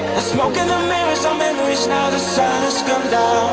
the smoke and the mirrors are memories now the sun has gone down